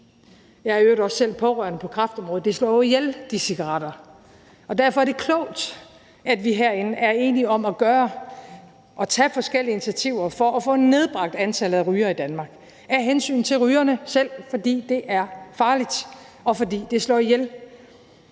Jeg er i øvrigt også selv pårørende på kræftområdet. De cigaretter slår jo ihjel, og derfor er det klogt, at vi herinde er enige om at tage forskellige initiativer for at få nedbragt antallet af rygere i Danmark af hensyn til rygerne selv, for det er farligt, og fordi det slår ihjel.